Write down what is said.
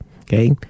Okay